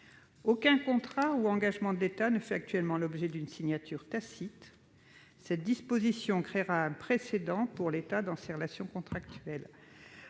Aucun contrat ou engagement de l'État ne fait actuellement l'objet d'une signature tacite. Cette disposition créerait un précédent pour l'État dans ses relations contractuelles.